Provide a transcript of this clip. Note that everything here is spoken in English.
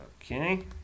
Okay